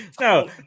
No